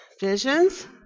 Visions